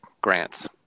grants